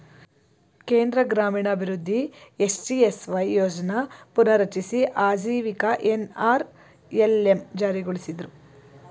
ಕೇಂದ್ರ ಗ್ರಾಮೀಣಾಭಿವೃದ್ಧಿ ಎಸ್.ಜಿ.ಎಸ್.ವೈ ಯೋಜ್ನ ಪುನರ್ರಚಿಸಿ ಆಜೀವಿಕ ಎನ್.ಅರ್.ಎಲ್.ಎಂ ಜಾರಿಗೊಳಿಸಿದ್ರು